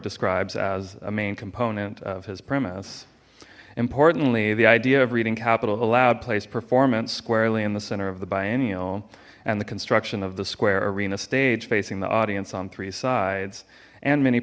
describes as a main component of his premise importantly the idea of reading capital aloud place performance squarely in the center of the biennial and the construction of the square arena stage facing the audience on three sides and many